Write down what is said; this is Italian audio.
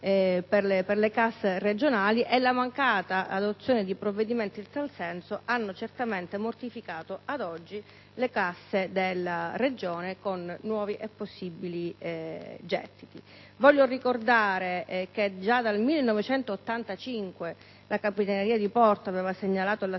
per le casse regionali e la mancata adozione di provvedimenti in tal senso ha certamente mortificato ad oggi le casse della Regione con nuovi e possibili gettiti. Ricordo che già nel 1985 la capitaneria di porto aveva segnalato all'assessorato